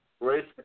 Great